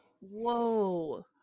whoa